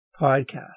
podcast